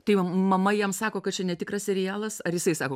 tai va mama jam sako kad čia netikras serialas ar jisai sako